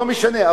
לא משנה,